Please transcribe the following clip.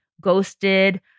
ghosted